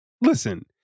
listen